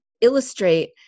illustrate